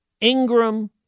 Ingram